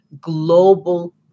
global